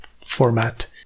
format